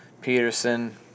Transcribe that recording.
Peterson